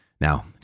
Now